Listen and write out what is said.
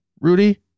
Rudy